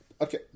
Okay